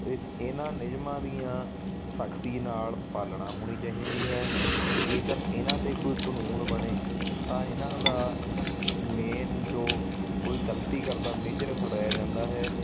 ਇਸ ਇਹਨਾਂ ਨਿਯਮਾਂ ਦੀਆਂ ਸਖ਼ਤੀ ਨਾਲ ਪਾਲਣਾ ਹੋਣੀ ਚਾਹੀਦੀ ਹੈ ਜੇਕਰ ਇਹਨਾਂ 'ਤੇ ਕੋਈ ਕਾਨੂੰਨ ਬਣੇ ਤਾਂ ਇਹਨਾਂ ਦਾ ਮੇਨ ਜੋ ਕੋਈ ਗਲਤੀ ਕਰਦਾ ਮੇਜਰ ਫੜਿਆ ਜਾਂਦਾ ਹੈ